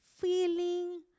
feeling